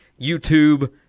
YouTube